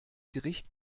gericht